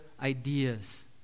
ideas